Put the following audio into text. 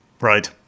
Right